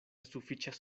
sufiĉas